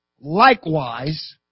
likewise